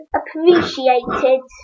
appreciated